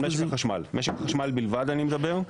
משק החשמל בלבד אני מדבר.